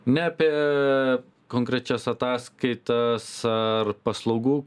ne apie konkrečias ataskaitas ar paslaugų